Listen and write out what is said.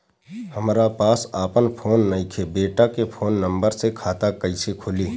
हमरा पास आपन फोन नईखे बेटा के फोन नंबर से खाता कइसे खुली?